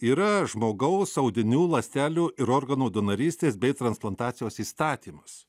yra žmogaus audinių ląstelių ir organų donorystės bei transplantacijos įstatymas